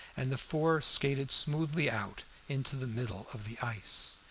and the four skated smoothly out into the middle of the ice,